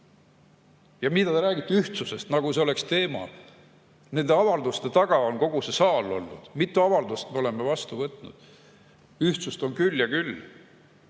Ja mida te räägite ühtsusest, nagu see oleks teema!? Nende avalduste taga on kogu see saal olnud. Mitu avaldust me oleme vastu võtnud? Ühtsust on küll ja küll. Siis